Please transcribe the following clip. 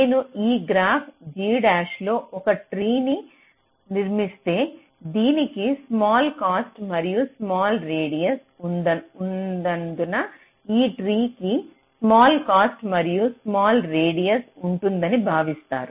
నేను ఈ graph G డాష్లో ఒక ట్రీ ను నిర్మిస్తే దీనికి స్మాల్ కాస్ట్ మరియు స్మాల్ రేడియస్ ఉన్నందున ఈ ట్రీ కు స్మాల్ కాస్ట్ మరియు స్మాల్ రేడియస్ ఉంటుందని భావిస్తారు